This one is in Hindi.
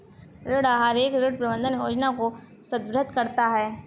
ऋण आहार एक ऋण प्रबंधन योजना को संदर्भित करता है